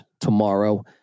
tomorrow